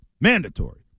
mandatory